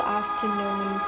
afternoon